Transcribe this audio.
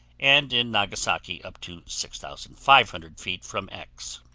and in nagasaki up to six thousand five hundred feet from x.